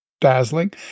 dazzling